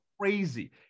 Crazy